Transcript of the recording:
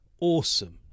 awesome